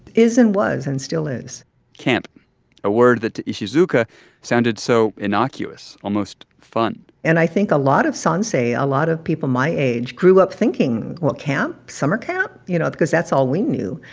is and was and still is camp a word that to ishizuka sounded so innocuous, almost fun and i think a lot of sansei, a lot of people my age grew up thinking, well, camp? summer camp? you know, because that's all we knew.